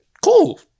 Cool